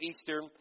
Easter